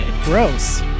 Gross